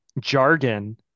jargon